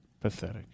Pathetic